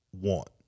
want